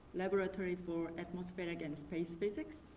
laboratory for atmospheric and space physics.